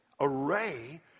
array